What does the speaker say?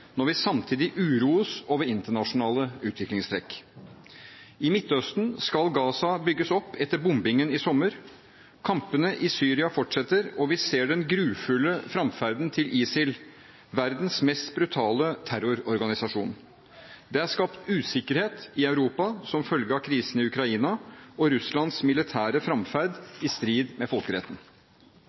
når vi samtidig uroes over internasjonale utviklingstrekk. I Midtøsten skal Gaza bygges opp etter bombingen i sommer. Kampene i Syria fortsetter, og vi ser den grufulle fremferden til ISIL, verdens mest brutale terrororganisasjon. Det er skapt usikkerhet i Europa som følge av krisen i Ukraina og Russlands militære fremferd i strid med folkeretten.